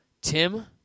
Tim